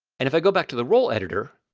and if i go back to the role editor,